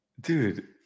Dude